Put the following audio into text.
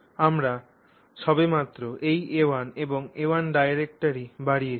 আমি সবেমাত্র এই a1 এবং a1 ভেক্টরটি বাড়িয়েছি